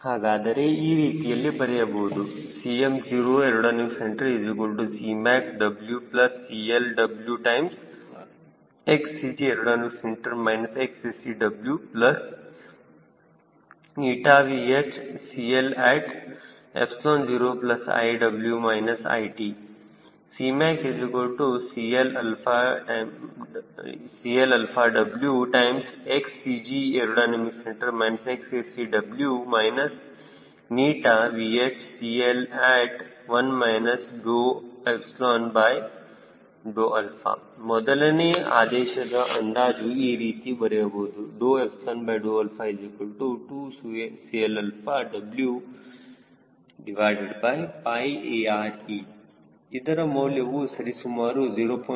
ಹಾಗಾದರೆ ಈ ರೀತಿಯಲ್ಲಿ ಬರೆಯಬಹುದು Cm0acCmac WCL0 WXcgac XacWVHCLt0iw it CmacCLWXCGac XacW VHCLt1 ಮೊದಲನೇ ಆದೇಶದ ಅಂದಾಜು ಈ ರೀತಿಯಲ್ಲಿ ಬರೆಯಬಹುದು 2CLWARe ಇದರ ಮೌಲ್ಯವು ಸರಿಸುಮಾರು 0